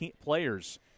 players